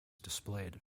displayed